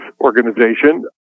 organization